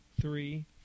three